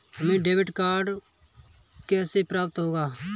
हमें debit card कैसे प्राप्त होगा?